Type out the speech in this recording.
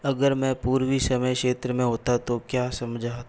अगर मैं पूर्वी समय क्षेत्र में होता तो क्या समझा